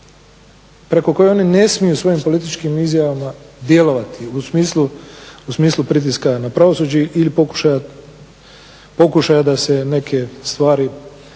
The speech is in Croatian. preko koje oni ne smiju svojim političkim izjavama djelovati u smislu pritiska na pravosuđe ili pokušaja da se neke stvari